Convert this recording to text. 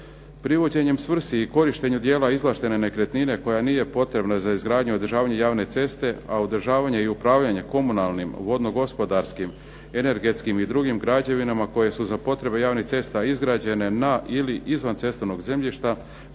Privođenjem svrsi i korištenju dijela izvlaštene nekretnina koja nije potrebna za izgradnju i održavanje javne ceste, a održavanje i upravljanje komunalnim vodno gospodarskim, energetskim i drugim građevinama koje su za potrebe javnih cesta izgrađene na ili izvan cestovnog zemljišta